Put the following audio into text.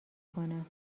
کنم